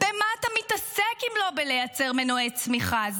במה אתה מתעסק אם לא בלייצר מנועי צמיחה?